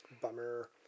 Bummer